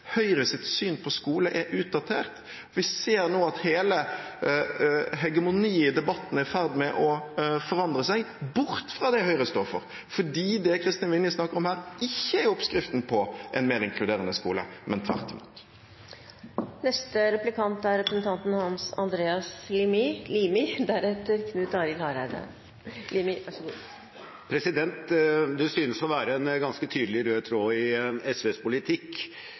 Høyre står for, fordi det Kristin Vinje snakker om her, ikke er oppskriften på en mer inkluderende skole, men tvert imot. Det synes å være en ganske tydelig rød tråd i SVs politikk